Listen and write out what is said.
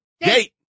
gate